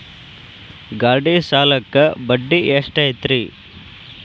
ಗಾಡಿ ಸಾಲಕ್ಕ ಬಡ್ಡಿ ಎಷ್ಟೈತ್ರಿ?